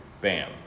bam